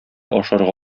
ашарга